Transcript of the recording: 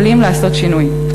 יכולים לעשות שינוי.